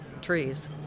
trees